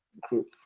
Group